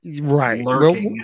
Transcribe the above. Right